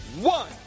one